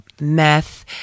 meth